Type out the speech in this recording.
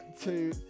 two